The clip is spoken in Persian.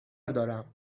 دارم